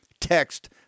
Text